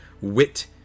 wit